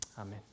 Amen